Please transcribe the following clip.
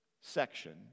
section